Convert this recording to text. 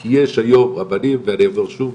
כי יש היום רבנים ואני אומר שוב,